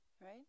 right